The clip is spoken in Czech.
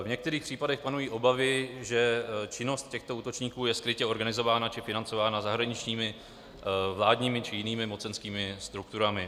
V některých případech panují obavy, že činnost těchto útočníků je skrytě organizována či financována zahraničními vládními či jinými mocenskými strukturami.